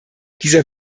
dieser